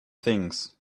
things